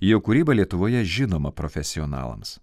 jo kūryba lietuvoje žinoma profesionalams